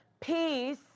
Peace